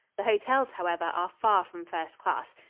the hotels, however, are far from first-class,